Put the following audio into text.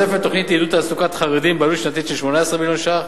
תוספת לתוכנית לעידוד תעסוקת חרדים בעלות שנתית של 18 מיליון ש"ח,